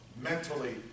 mentally